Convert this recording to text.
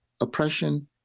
oppression